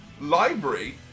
library